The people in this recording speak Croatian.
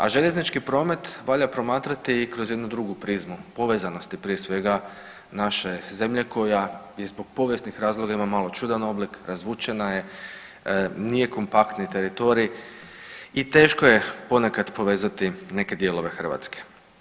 A željeznički promet valja promatrati i kroz jednu drugu prizmu povezanosti prije svega naše zemlje koja i zbog povijesnih razloga ima malo čudan oblik razvučena je, nije kompaktni teritorij i teško je ponekad povezati neke dijelove Hrvatske.